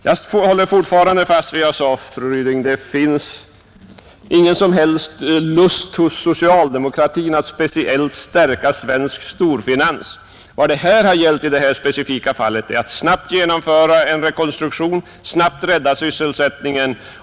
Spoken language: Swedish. Jag vidhåller att det inte finns någon som helst lust hos socialdemokratin att speciellt stärka svensk storfinans. Vad det i detta specifika fall gällt är att snabbt genomföra en rekonstruktion och att snabbt rädda sysselsättningen.